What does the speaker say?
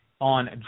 On